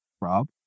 rob